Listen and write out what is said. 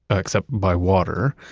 except by water.